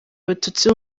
abatutsi